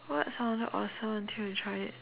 what sounded awesome until you tried it